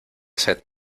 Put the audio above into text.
sed